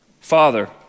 Father